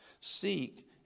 Seek